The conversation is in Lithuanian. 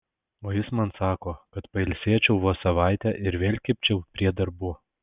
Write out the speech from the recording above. o jis man sako kad pailsėčiau vos savaitę ir vėl kibčiau prie darbų